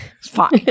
fine